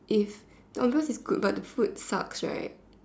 if the ambience is good but the food sucks right